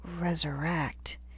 resurrect